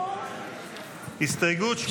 שבו במקומותיכם,